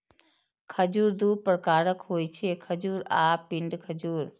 खजूर दू प्रकारक होइ छै, खजूर आ पिंड खजूर